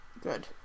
Good